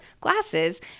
glasses